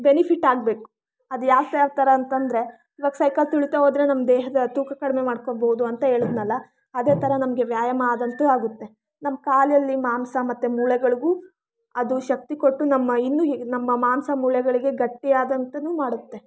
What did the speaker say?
benefit ಆಗಬೇಕು ಅದು ಯಾವ ಯಾವ ಥರ ಅಂತಂದ್ರೆ ಇವಾಗ ಸೈಕಲ್ ತುಳಿತ ಹೋದರೆ ನಮ್ಮ ದೇಹದ ತೂಕ ಕಡಿಮೆ ಮಾಡ್ಕೊಬೋದು ಅಂತ ಹೇಳದ್ನಲ್ಲ ಅದೇ ಥರ ನಮಗೆ ವ್ಯಾಯಾಮ ಆದಂತೆ ಆಗುತ್ತೆ ನಮ್ಮ ಕಾಲಲ್ಲಿ ಮಾಂಸ ಮತ್ತು ಮೂಳೆಗಳಿಗೂ ಅದು ಶಕ್ತಿ ಕೊಟ್ಟು ನಮ್ಮ ಇನ್ನೂ ನಮ್ಮ ಮಾಂಸ ಮೂಳೆಗಳಿಗೆ ಗಟ್ಟಿಯಾದಂತೆನೂ ಮಾಡತ್ತೆ